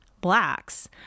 blacks